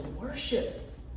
worship